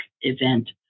event